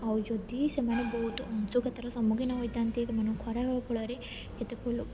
ଆଉ ଯଦି ସେମାନେ ବହୁତ ଅଂଶୁଘାତର ସମ୍ମୁଖୀନ ହୋଇଥାନ୍ତି ସେମାନଙ୍କୁ ଖରା ହବା ଫଳରେ କେତେକ ଲୋକ